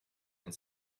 and